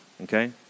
okay